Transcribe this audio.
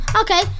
Okay